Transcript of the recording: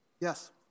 Yes